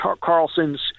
Carlson's